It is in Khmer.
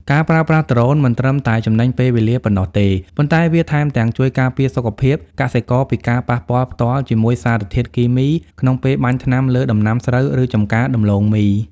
ការប្រើប្រាស់ដ្រូនមិនត្រឹមតែចំណេញពេលវេលាប៉ុណ្ណោះទេ ប៉ុន្តែវាថែមទាំងជួយការពារសុខភាពកសិករពីការប៉ះពាល់ផ្ទាល់ជាមួយសារធាតុគីមីក្នុងពេលបាញ់ថ្នាំលើដំណាំស្រូវ ឬចម្ការដំឡូងមី។